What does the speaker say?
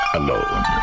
alone